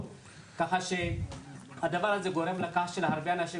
ככה שהדבר הזה גורם לכך שלהרבה אנשים